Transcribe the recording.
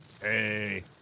Hey